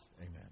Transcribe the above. Amen